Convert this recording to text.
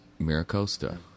Miracosta